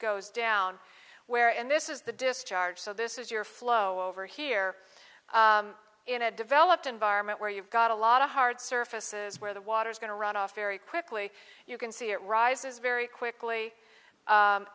goes down where and this is the discharge so this is your flow over here in a developed environment where you've got a lot of hard surfaces where the water's going to run off very quickly you can see it rises very quickly